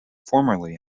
formerly